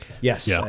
Yes